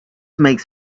makes